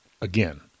again